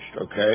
okay